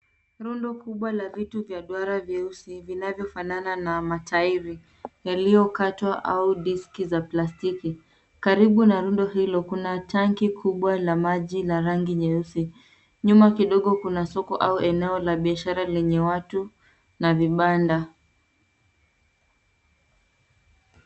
Rundo kubwa la vitu vya duara vyeusi vinavyofanana na matairi yaliyokatwa au diski za plastiki. Karibu na rundo hilo kuna tanki kubwa la maji la rangi nyeusi. Nyuma kidogo kuna soko au eneo la biashara lenye watu na vibanda.